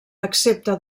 excepte